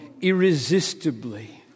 irresistibly